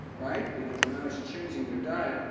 right, because they're not actually changing their diet,